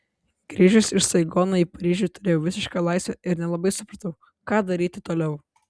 grįžęs iš saigono į paryžių turėjau visišką laisvę ir nelabai supratau ką daryti toliau